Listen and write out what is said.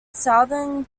southern